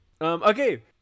Okay